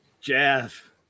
Jeff